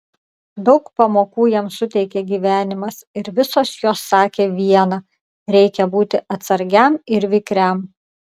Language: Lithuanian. daug pamokų jam suteikė gyvenimas ir visos jos sakė viena reikia būti atsargiam ir vikriam